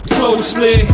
closely